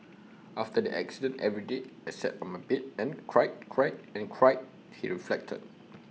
after the accident every day I sat on my bed and cried cried and cried he reflected